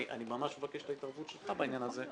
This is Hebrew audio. אני ממש מבקש את ההתערבות שלך בעניין הזה,